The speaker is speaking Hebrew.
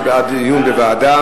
זה בעד דיון בוועדה,